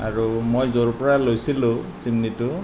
আৰু মই য'ৰ পৰা লৈছিলোঁ চিমনিটো